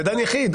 בדן יחיד.